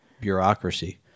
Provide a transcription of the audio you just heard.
bureaucracy